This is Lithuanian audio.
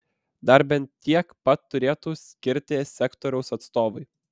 dar bent tiek pat turėtų skirti sektoriaus atstovai